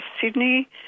Sydney